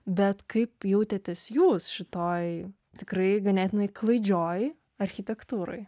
bet kaip jautėtės jūs šitoj tikrai ganėtinai klaidžioj architektūroj